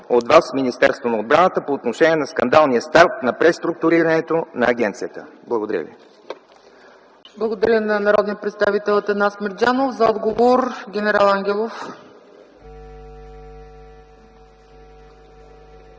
от Вас Министерство на отбраната по отношение на скандалния старт на преструктурирането на агенцията? Благодаря. ПРЕДСЕДАТЕЛ ЦЕЦКА ЦАЧЕВА: Благодаря на народния представител Атанас Мерджанов. За отговор – генерал Ангелов.